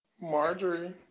marjorie